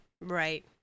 Right